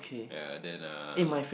yea then um